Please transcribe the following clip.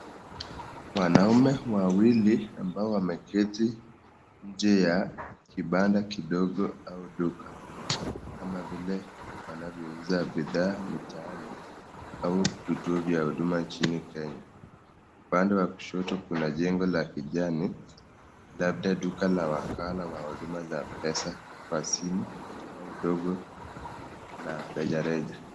Wanaume wawili ambao wameketi nje ya kibanda kidogo au duka kama vile panavyouza bidhaa mitaani au vituo vya huduma nchini Kenya. Upande wa kushoto kuna jengo la kijani labda duka la wakala wa huduma za pesa kwa simu au dogo la rejareja.